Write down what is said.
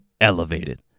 elevated